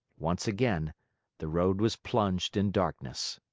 once again the road was plunged in darkness.